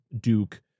Duke